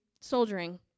soldiering